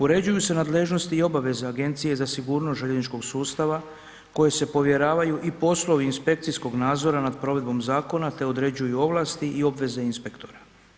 Uređuju se nadležnosti i obaveza Agencije za sigurnost željezničkog sustava koje se povjeravaju i poslovi inspekcijskog nadzora nad provedbom zakona te određuju ovlasti i obveze inspektora.